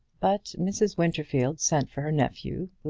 but mrs. winterfield sent for her nephew,